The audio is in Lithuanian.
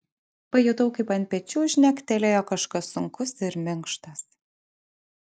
pajutau kaip ant pečių žnektelėjo kažkas sunkus ir minkštas